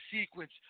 sequence